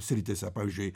srityse pavyzdžiui